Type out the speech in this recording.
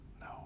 No